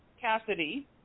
Cassidy